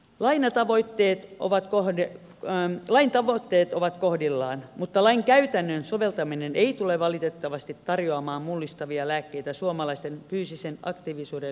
laine tavoitteet ovat kohde vaan lain tavoitteet ovat kohdillaan mutta lain käytännön soveltaminen ei tule valitettavasti tarjoamaan mullistavia lääkkeitä suomalaisten fyysisen aktiivisuuden lisäämiseksi